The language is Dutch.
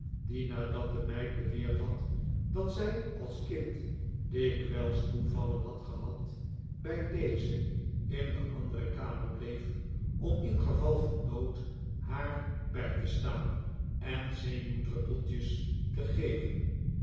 die nadat de meid beweerd had dat zij als kind dikwijls toevallen had gehad bij deze in de andere kamer bleef om ingeval van nood haar bij te staan en zenuwdruppeltjes te geven